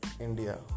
India